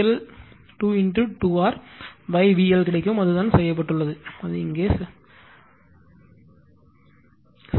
L 2 2 R VL கிடைக்கும் அதுதான் செய்யப்பட்டுள்ளது அதுதான் இங்கே செய்யப்பட்டுள்ளது